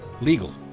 legal